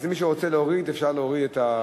אז מי שרוצה להוריד, אפשר להוריד את,